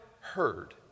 heard